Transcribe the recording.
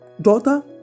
Daughter